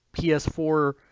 PS4